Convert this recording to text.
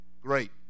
Great